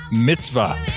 Mitzvah